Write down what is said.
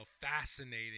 fascinating